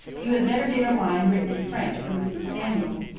you had better get a line written in french from mrs. daniels,